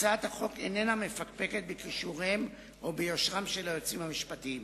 הצעת החוק איננה מפקפקת בכישוריהם או ביושרם של היועצים המשפטיים.